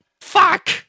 Fuck